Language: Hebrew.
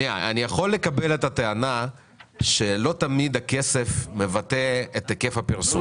אני יכול לקבל את הטענה שלא תמיד הכסף מבטא את היקף הפרסום,